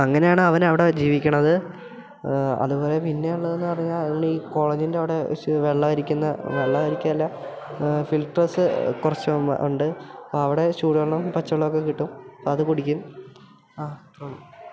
അങ്ങനെയാണ് അവൻ അവിടെ ജീവിക്കണത് അത്പോലെ പിന്നെ ഉള്ളതെന്ന് പറഞ്ഞാൽ നമ്മൾ ഈ കോളേജിൻ്റവിടെ ഇഷ് വെള്ളം ഇരിക്കുന്ന വെള്ളവരിക്കേല്ല ഫിൽറ്റേസ് കുറച്ച് പോവുമ്പം ഉണ്ട് അപ്പം അവിടെ ചൂട് വെള്ളോം പച്ച വെള്ളം ഒക്കെ കിട്ടും അപ്പം അത് കുടിക്കും ആ അത്രയെ ഉളളു